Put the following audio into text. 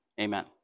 amen